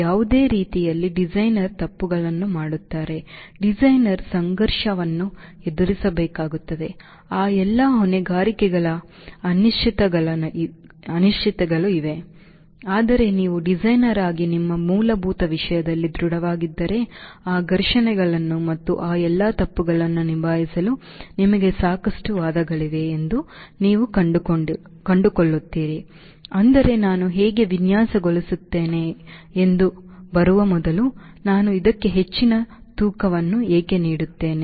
ಯಾವುದೇ ರೀತಿಯಲ್ಲಿ ಡಿಸೈನರ್ ತಪ್ಪುಗಳನ್ನು ಮಾಡುತ್ತಾರೆ ಡಿಸೈನರ್ ಸಂಘರ್ಷವನ್ನು ಎದುರಿಸಬೇಕಾಗುತ್ತದೆ ಆ ಎಲ್ಲಾ ಹೊಣೆಗಾರಿಕೆಗಳ ಅನಿಶ್ಚಿತತೆಗಳು ಇವೆ ಆದರೆ ನೀವು ಡಿಸೈನರ್ ಆಗಿ ನಿಮ್ಮ ಮೂಲಭೂತ ವಿಷಯದಲ್ಲಿ ದೃಢವಾಗಿದ್ದರೆ ಆ ಘರ್ಷಣೆಗಳನ್ನು ಮತ್ತು ಆ ಎಲ್ಲಾ ತಪ್ಪುಗಳನ್ನು ನಿಭಾಯಿಸಲು ನಿಮಗೆ ಸಾಕಷ್ಟು ವಾದಗಳಿವೆ ಎಂದು ನೀವು ಕಂಡುಕೊಳ್ಳುತ್ತೀರಿ ಅಂದರೆ ನಾನು ಹೇಗೆ ವಿನ್ಯಾಸಗೊಳಿಸುತ್ತೇನೆ ಎಂದು ಬರುವ ಮೊದಲು ನಾನು ಇದಕ್ಕೆ ಹೆಚ್ಚಿನ ತೂಕವನ್ನು ಏಕೆ ನೀಡುತ್ತೇನೆ